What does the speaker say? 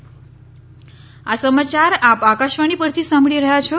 corona appeal આ સમાચાર આપ આકાશવાણી પરથી સાંભળી રહ્યા છો